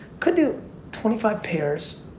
could do twenty five pairs,